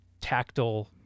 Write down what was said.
tactile